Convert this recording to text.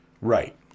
Right